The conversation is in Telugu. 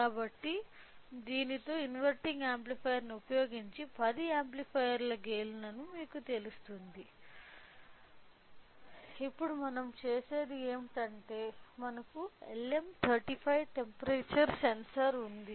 కాబట్టి దీనితో ఇన్వెర్టింగ్ యాంప్లిఫైయర్ను ఉపయోగించి 10 యాంప్లిఫైయర్ల గైన్ మీకు తెలుస్తుంది ఇప్పుడు మనం చేసేది ఏమిటంటే ఇక్కడ మనకు LM35 టెంపరేచర్ సెన్సార్ ఉంది